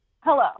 hello